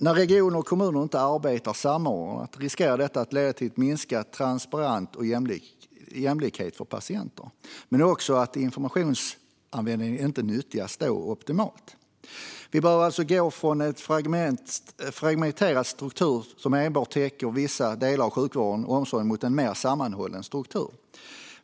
När regioner och kommuner inte arbetar samordnat riskerar detta att leda till minskad transparens och jämlikhet för patienter men också till att informationsanvändningen inte nyttjas optimalt. Vi behöver alltså gå från en fragmenterad struktur som enbart täcker vissa delar av sjukvården och omsorgen mot en mer sammanhållen struktur.